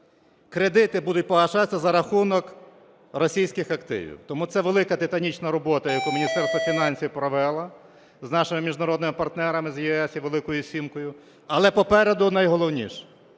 Кредити будуть погашатися за рахунок російських активів. Тому це велика титанічна робота, яку Міністерство фінансів провело з нашими міжнародними партнерами, з ЄС і "Великою сімкою". Але попереду найголовніше.